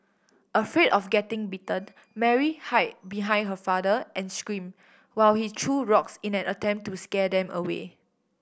afraid of getting bitten Mary hide behind her father and screamed while he threw rocks in an attempt to scare them away